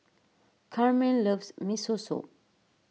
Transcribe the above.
Carmen loves Miso Soup